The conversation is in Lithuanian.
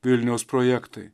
vilniaus projektai